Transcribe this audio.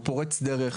הוא פורץ דרך,